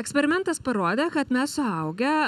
eksperimentas parodė kad mes suaugę